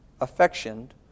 affectioned